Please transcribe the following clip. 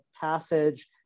passage